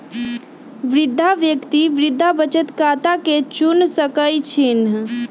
वृद्धा व्यक्ति वृद्धा बचत खता के चुन सकइ छिन्ह